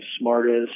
smartest